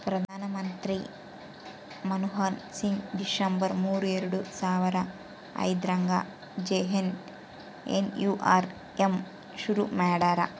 ಪ್ರಧಾನ ಮಂತ್ರಿ ಮನ್ಮೋಹನ್ ಸಿಂಗ್ ಡಿಸೆಂಬರ್ ಮೂರು ಎರಡು ಸಾವರ ಐದ್ರಗಾ ಜೆ.ಎನ್.ಎನ್.ಯು.ಆರ್.ಎಮ್ ಶುರು ಮಾಡ್ಯರ